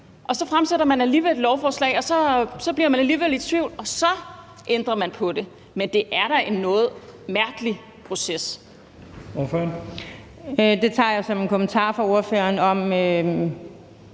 og så fremsætter man alligevel et lovforslag, og så bliver man alligevel i tvivl, og så ændrer man på det. Men det er da en noget mærkelig proces. Kl. 11:31 Første næstformand